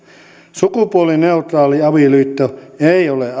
sukupuolineutraali avioliitto ei ole